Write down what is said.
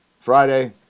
Friday